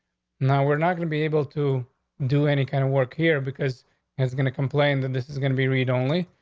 now, we're not gonna be able to do any kind of work here because it's gonna complain that this is going to be read only.